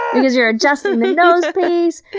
because you're adjusting the nose piece,